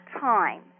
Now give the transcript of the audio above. time